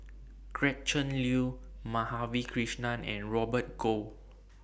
Gretchen Liu Madhavi Krishnan and Robert Goh